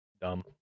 dumb